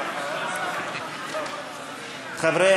חברי